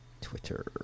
Twitter